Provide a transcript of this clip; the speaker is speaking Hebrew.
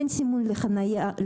אין סימון לחניות.